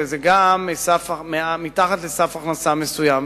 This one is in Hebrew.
וגם זה מתחת לסף הכנסה מסוים.